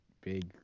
big